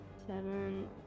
seven